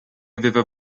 aveva